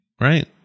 right